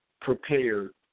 prepared